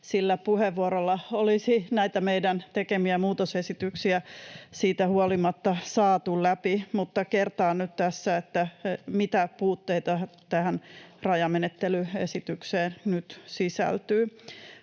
sillä puheenvuorolla olisi näitä meidän tekemiämme muutosesityksiä siitä huolimatta saatu läpi. Kertaan nyt tässä, mitä puutteita tähän rajamenettelyesitykseen sisältyy.